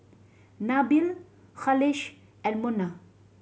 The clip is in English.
Nabil Khalish and Munah